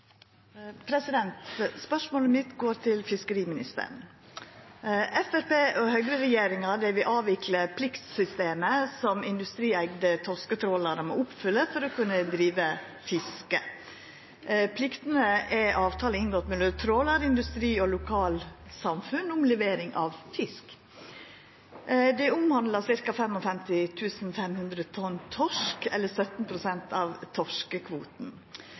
Spørsmålet mitt går til fiskeriministeren. Høgre–Framstegsparti-regjeringa vil avvikla pliktsystemet som industrieigde torsketrålarar må oppfylla for å kunna driva fiske. Pliktene er avtalar inngått mellom trålar, industri og lokalsamfunn om levering av fisk. Det omhandlar ca. 55 500 tonn torsk, eller 17 pst. av torskekvoten.